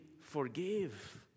forgive